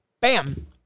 bam